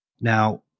Now